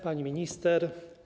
Pani Minister!